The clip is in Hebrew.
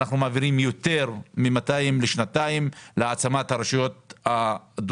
אנחנו מעבירים סכום גבוה יותר להעצמת הרשויות הדרוזיות.